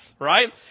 right